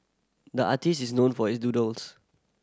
the artist is known for his doodles